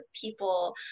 people